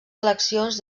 eleccions